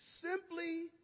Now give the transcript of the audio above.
simply